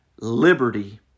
liberty